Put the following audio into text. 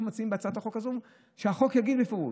אנחנו מציעים בהצעת החוק הזאת שהחוק יגיד בפירוש: